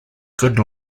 good